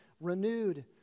renewed